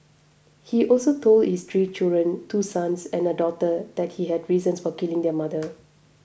he also told his three children two sons and a daughter that he had reasons for killing their mother